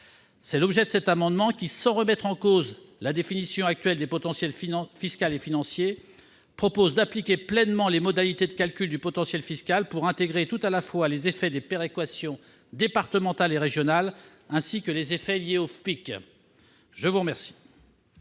est l'objet de cet amendement. Sans remettre en cause la définition actuelle des potentiels fiscal et financier, nous voulons appliquer pleinement les modalités de calcul du potentiel fiscal pour intégrer tout à la fois les effets des péréquations départementales et régionales, ainsi que les effets liés au FPIC. Les amendements